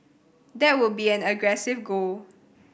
that would be an aggressive goal